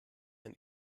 ein